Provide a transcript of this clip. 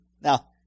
Now